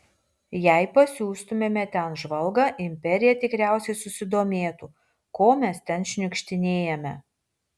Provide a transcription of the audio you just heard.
jei pasiųstumėme ten žvalgą imperija tikriausiai susidomėtų ko mes ten šniukštinėjame